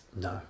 No